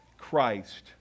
Christ